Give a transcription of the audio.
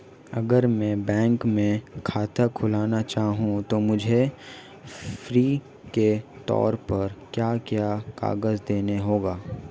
अगर मैं बैंक में खाता खुलाना चाहूं तो मुझे प्रूफ़ के तौर पर क्या क्या कागज़ देने होंगे?